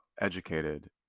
educated